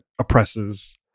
oppresses